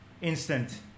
instant